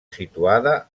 situada